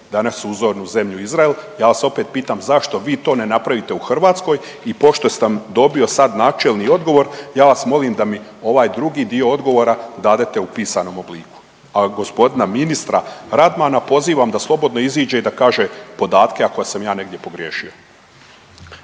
danas uzornu zemlju Izrael. Ja vas opet pitam zašto vi to ne napravite u Hrvatskoj i pošto sam dobio sad načelni odgovor, ja vas molim da mi ovaj drugi dio odgovora dadete u pisanom obliku, a gospodina ministra Radmana pozivam da slobodno iziđe i da kaže podatke ako sam ja negdje pogriješio.